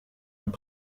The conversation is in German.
und